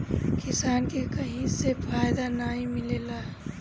किसान के कहीं से फायदा नाइ मिलेला